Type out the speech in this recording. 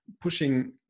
pushing